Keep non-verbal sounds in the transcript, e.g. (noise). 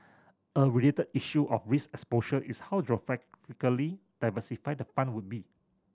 a related issue of risk exposure is how (unintelligible) diversified the fund would be